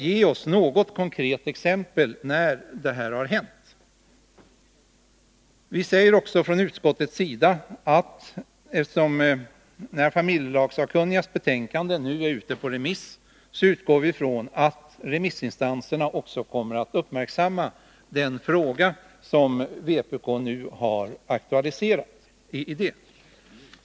Utskottet säger också att eftersom familjelagsakkunnigas betänkande nu är ute på remiss, utgår vi ifrån att remissinstanserna också kommer att uppmärksamma den fråga som vpk har aktualiserat i motionen.